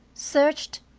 searched,